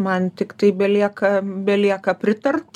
iš tikrųjų tai taip aš man tiktai belieka belieka pritart